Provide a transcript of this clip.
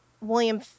William